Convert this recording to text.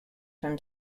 from